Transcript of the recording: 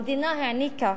המדינה העניקה